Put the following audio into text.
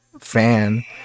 fan